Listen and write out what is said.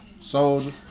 Soldier